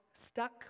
stuck